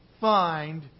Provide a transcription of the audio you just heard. find